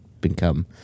become